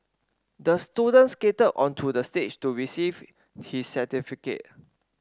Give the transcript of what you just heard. the student skated onto the stage to receive his certificate